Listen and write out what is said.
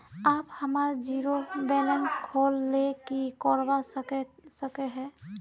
आप हमार zero balance खोल ले की करवा सके है?